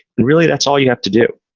really, that's all you have to do.